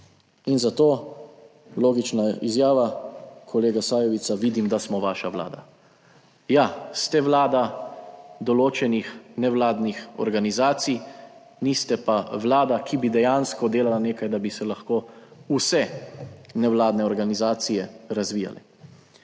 in zato logična izjava kolega Sajovica, vidim, da smo vaša Vlada. Ja, ste vlada določenih nevladnih organizacij, niste pa vlada, ki bi dejansko delala nekaj, da bi se lahko vse nevladne organizacije razvijale.